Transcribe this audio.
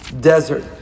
desert